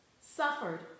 suffered